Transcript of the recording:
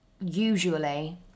usually